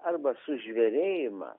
arba sužvėrėjimą